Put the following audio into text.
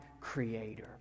creator